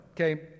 okay